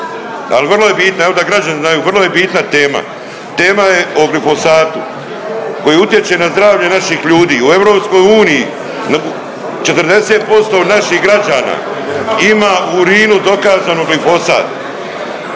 Al vrlo je bitna, evo da građani znaju, vrlo je bitna tema. Tema je o glifosatu koji utječe na zdravlje naših ljudi i u EU, 40% naših građana ima u urinu dokazano glifosat,